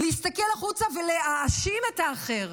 להסתכל החוצה ולהאשים את האחר?